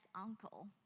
uncle